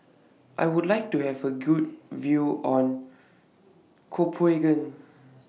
I Would like to Have A Good View on Copenhagen